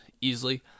easily